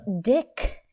dick